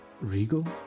regal